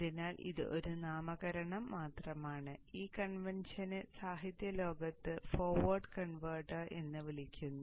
അതിനാൽ ഇത് ഒരു നാമകരണം മാത്രമാണ് ഈ കൺവെൻഷനെ സാഹിത്യലോകത്ത് ഫോർവേഡ് കൺവെർട്ടർ എന്ന് വിളിക്കുന്നു